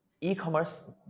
E-commerce